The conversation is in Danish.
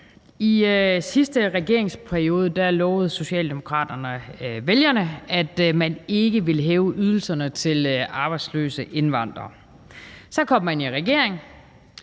I sidste regeringsperiode lovede Socialdemokraterne vælgerne, at man ikke ville hæve ydelserne til arbejdsløse indvandrere. Så kom man i regering,